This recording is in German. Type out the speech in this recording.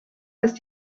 ist